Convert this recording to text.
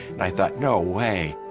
and i thought, no way.